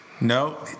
No